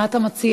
מה אתה מציע?